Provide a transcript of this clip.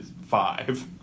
five